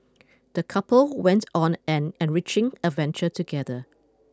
the couple went on an enriching adventure together